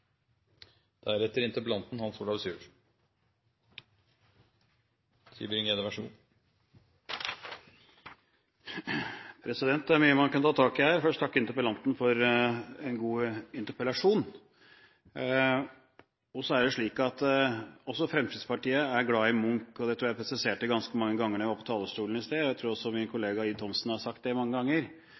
takke interpellanten for en god interpellasjon. Og så er det slik at også Fremskrittspartiet er glad i Munch. Det tror jeg at jeg presiserte ganske mange ganger da jeg var på talerstolen i sted. Jeg tror også min kollega representanten Ib Thomsen har sagt det mange ganger.